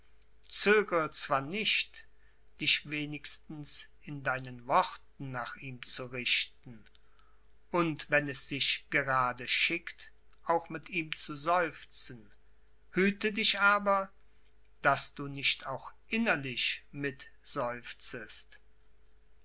zögere zwar nicht dich wenigstens in deinen worten nach ihm zu richten und wenn es sich gerade schickt auch mit ihm zu seufzen hüte dich aber daß du nicht auch innerlich mitseufzest